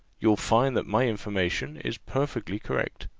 you'll find that my information is perfectly correct.